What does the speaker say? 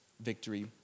victory